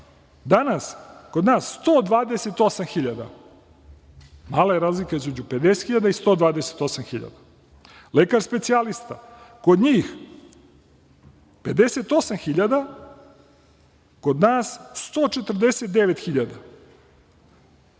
danas kod nas 128.000. Mala je razlika između 50.000 i 128.000 dinara. Lekar specijalista kod njih 58.000, kod nas 149.000